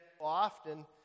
often